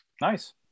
Nice